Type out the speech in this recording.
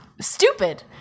stupid